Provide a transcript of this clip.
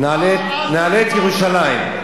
נעלה את ירושלים.